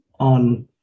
on